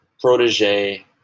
protege